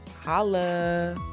Holla